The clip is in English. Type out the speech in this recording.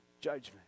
judgment